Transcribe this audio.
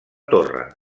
torre